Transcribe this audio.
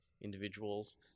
individuals